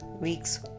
week's